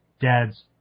dad's